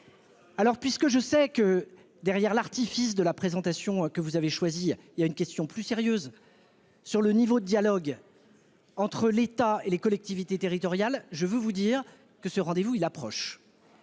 ! Un peu de sérieux ! Derrière l'artifice de la présentation que vous avez choisie, je sais qu'il y a une question plus sérieuse sur le niveau de dialogue entre l'État et les collectivités territoriales. Je veux vous dire que ce rendez-vous approche,